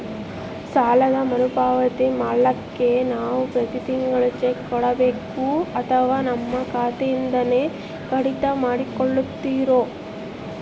ಸಾಲದ ಮರುಪಾವತಿ ಮಾಡ್ಲಿಕ್ಕೆ ನಾವು ಪ್ರತಿ ತಿಂಗಳು ಚೆಕ್ಕು ಕೊಡಬೇಕೋ ಅಥವಾ ನಮ್ಮ ಖಾತೆಯಿಂದನೆ ಕಡಿತ ಮಾಡ್ಕೊತಿರೋ?